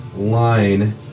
Line